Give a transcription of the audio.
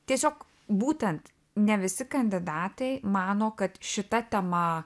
tiesiog būtent ne visi kandidatai mano kad šita tema